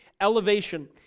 elevation